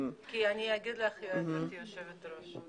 אני אומר לך גברתי היושבת ראש,